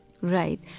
Right